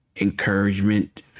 encouragement